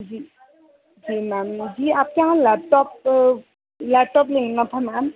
जी जी मैम जी आपके यहाँ लैपटॉप लैपटॉप लेना था मैम